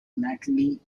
natalie